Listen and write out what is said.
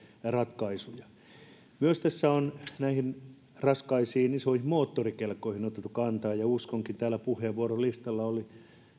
ratkaisuja tässä on myös näihin raskaisiin isoihin moottorikelkkoihin otettu kantaa ja uskonkin täällä puheenvuorolistalla oli